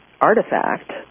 artifact